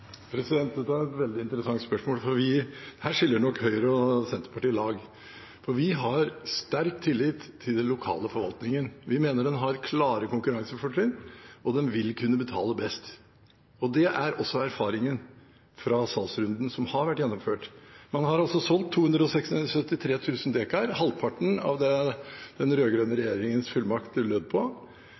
Dette er et veldig interessant spørsmål, og her skiller nok Høyre og Senterpartiet lag, for vi har sterk tillit til den lokale forvaltningen. Vi mener den har klare konkurransefortrinn, og den vil kunne betale best. Det er også erfaringen fra salgsrunden som har vært gjennomført. Man har solgt 273 000 dekar, halvparten av det den rød-grønne regjeringens fullmakt lød på,